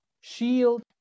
shield